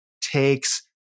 takes